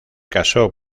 caso